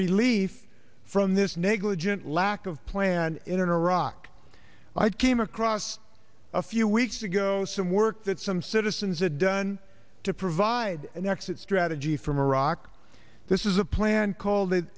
relief from this negligent lack of plan in iraq i came across a few weeks ago some work that some citizens a done to provide an exit strategy from iraq this is a plan call